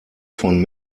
von